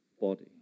body